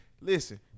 Listen